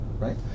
right